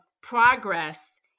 progress